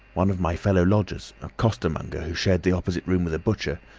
one of my fellow lodgers, a coster-monger who shared the opposite room with a butcher,